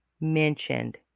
mentioned